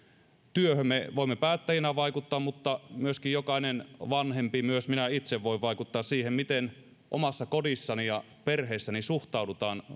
työhön me voimme päättäjinä vaikuttaa mutta myöskin jokainen vanhempi myös minä itse voin vaikuttaa siihen miten omassa kodissani ja perheessäni suhtaudutaan